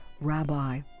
rabbi